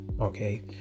okay